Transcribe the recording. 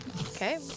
Okay